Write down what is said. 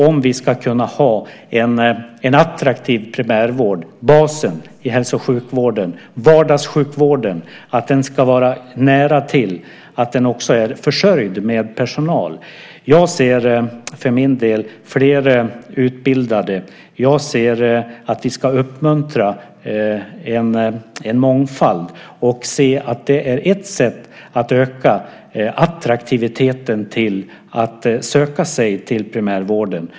Om vi ska kunna ha en attraktiv primärvård - basen i hälso och sjukvården och vardagssjukvården - är det viktigt att den ska finnas nära till hands och att den också är försörjd med personal. Jag ser för min del fler utbildade. Jag ser att vi ska uppmuntra en mångfald och se att det är ett sätt att öka attraktiviteten till att söka sig till primärvården.